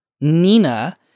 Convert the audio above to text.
Nina